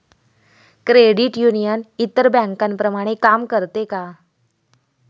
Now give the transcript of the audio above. Credit union इतर बँकांप्रमाणे काम करते का?